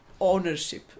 ownership